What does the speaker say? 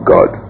God